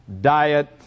diet